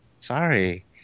Sorry